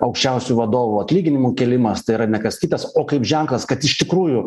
aukščiausių vadovų atlyginimų kėlimas tai yra ne kas kitas o kaip ženklas kad iš tikrųjų